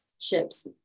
ships